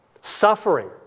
Suffering